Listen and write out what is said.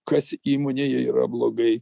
kas įmonėje yra blogai